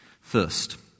First